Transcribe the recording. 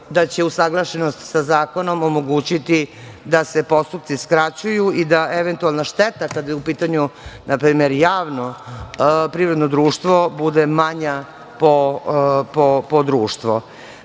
da će usaglašenost sa zakonom omogućiti da se postupci skraćuju i da eventualna šteta kada je u pitanju, na primer, javno privredno društvo bude manja po društvo. Što